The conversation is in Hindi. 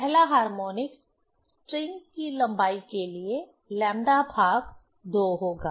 पहला हार्मोनिक्स स्ट्रिंग की लंबाई के लिए λ2 होगा